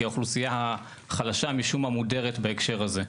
כי האוכלוסייה החלשה משום מה מודרת בהקשר הזה.